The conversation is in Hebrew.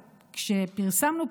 כשפרסמנו,